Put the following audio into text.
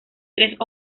tres